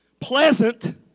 pleasant